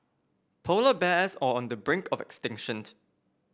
polar bears are on the brink of extinction